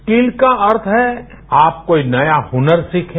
skill का अर्थ है आप कोई नया हनर सीखें